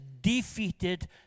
defeated